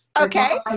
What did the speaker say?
Okay